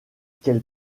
quel